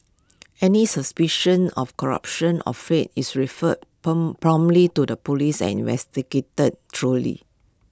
any suspicion of corruption or fade is referred promptly to the Police and investigated truly